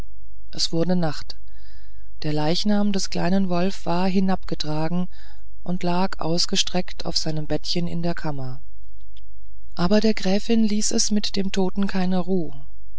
es wurde nacht der leichnam des kleinen wolf war hinabgetragen und lag ausgestreckt auf seinem bettchen in der kammer aber der gräfin ließ es bei dem toten keine ruh